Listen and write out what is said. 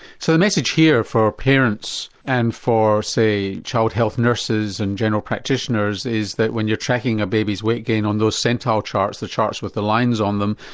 so the message here for parents and for, say, child health nurses and general practitioners, is that when you're tracking a baby's weight gain on those centile charts, the charts with the lines on them,